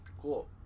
Cool